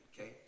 okay